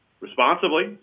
responsibly